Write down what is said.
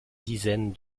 dizaines